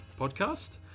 podcast